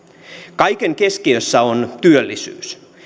kaiken keskiössä on työllisyys